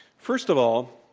first of all,